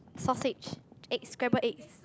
sausage eggs scrambled eggs